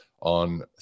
on